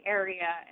area